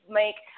make